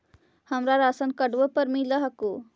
हमरा राशनकार्डवो पर मिल हको?